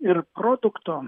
ir produkto